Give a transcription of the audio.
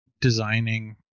designing